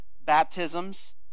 baptisms